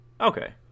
Okay